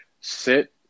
sit